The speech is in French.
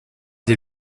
des